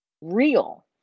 real